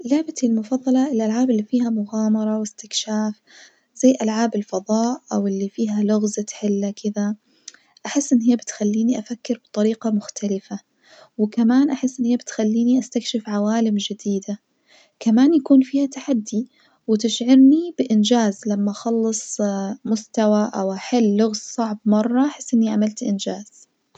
لعبتي المفظلة الألعاب الفيها مغامرة واستكشاف زي ألعاب الفظاء أو الفيها لغز تحله كدا، أحس إن هي بتخليني أفكر بطريقة مختلفة، وكمان بحس إن هي بتخليني استكشف عوالم جديدة كمان يكون فيها تحدي وتشعرني بإنجاز لما أخلص مستوى أو أحل لغز صعب مرة أحس إني عملت إنجاز.